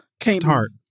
start